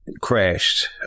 crashed